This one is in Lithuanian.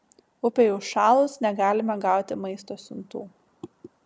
upei užšalus negalime gauti maisto siuntų